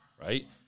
right